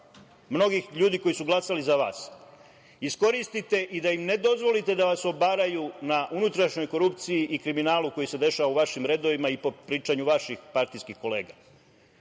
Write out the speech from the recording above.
mnogih ljudi koji su glasali za vas iskoristite i da im ne dozvolite da vas obaraju na unutrašnjoj korupcije i kriminalu koji se dešava u vašim redovima, po pričanju vaših partijskih kolega,